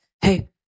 hey